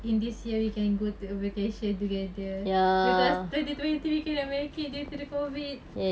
in this year we can go to a vacation together because twenty twenty we cannot make it due to the COVID